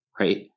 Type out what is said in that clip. Right